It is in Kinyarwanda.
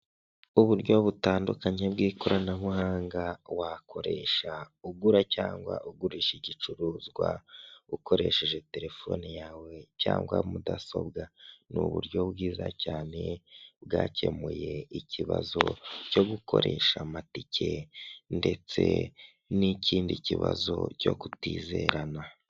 Uburyo butandukanye bw'ikoranabuhanga wakoresha ugura cyangwa ugurisha igicuruzwa ukoresheje telefone yawe cyangwa mudasobwa, ni uburyo bwiza cyane bwakemuye ikibazo cyo gukoresha amatike ndetse n'ikindi kibazo cyo kutizerana.